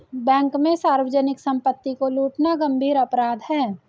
bank में सार्वजनिक सम्पत्ति को लूटना गम्भीर अपराध है